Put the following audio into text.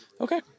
Okay